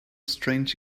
strange